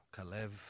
Kalev